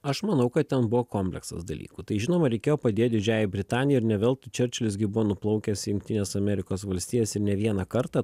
aš manau kad ten buvo kompleksas dalykų tai žinoma reikėjo padėt didžiajai britanijai ir ne veltui čerčilis gi buvo nuplaukęs į jungtines amerikos valstijas ir ne vieną kartą